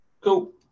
cool